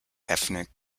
ethnic